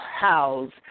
house